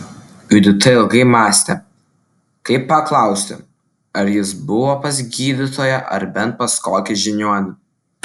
judita ilgai mąstė kaip paklausti ar jis buvo pas gydytoją ar bent pas kokį žiniuonį